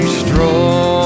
strong